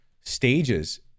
stages